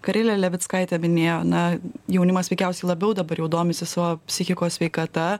karilė levickaitė minėjo na jaunimas veikiausiai labiau dabar jau domisi savo psichikos sveikata